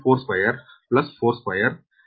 42 42 5